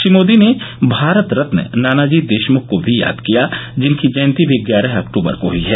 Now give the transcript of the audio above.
श्री मोदी ने भारत रत्न नानाजी देशमुख को भी याद किया जिनकी जयंती भी ग्यारह अक्तबर को ही है